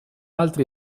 altri